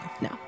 No